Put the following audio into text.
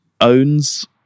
owns